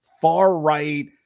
far-right